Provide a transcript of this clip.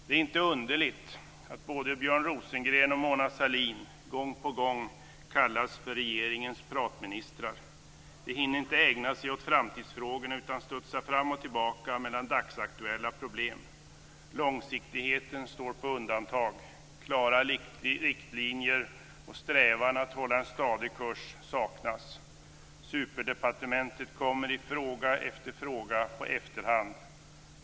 Det är inte underligt att både Björn Rosengren och Mona Sahlin gång på gång kallas för regeringens pratministrar. De hinner inte ägna sig åt framtidsfrågorna, utan studsar fram och tillbaka mellan dagsaktuella problem. Långsiktigheten står på undantag. Klara riktlinjer och strävan att hålla en stadig kurs saknas. Superdepartementet kommer i fråga efter fråga på efterhand.